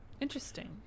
interesting